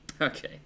Okay